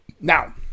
Now